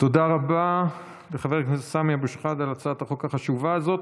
תודה רבה לחבר הכנסת סמי אבו שחאדה על הצעת החוק החשובה הזאת,